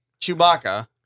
Chewbacca